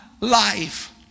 life